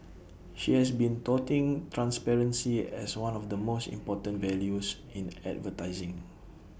she has been touting transparency as one of the most important values in advertising